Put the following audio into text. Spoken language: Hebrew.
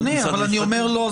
אדוני, אבל אני אומר לא.